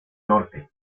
norte